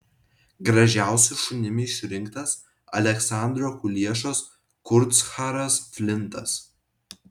gražiausiu šunimi išrinktas aleksandro kuliešos kurtsharas flintas